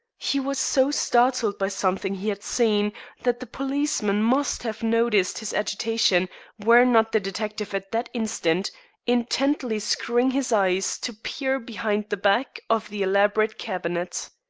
he was so startled by something he had seen that the policeman must have noticed his agitation were not the detective at that instant intently screwing his eyes to peer behind the back of the elaborate cabinet.